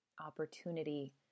opportunity